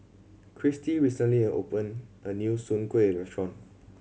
Christi recently opened a new Soon Kuih restaurant